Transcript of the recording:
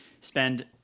spend